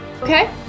Okay